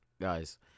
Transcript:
guys